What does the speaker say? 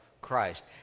Christ